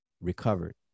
recovered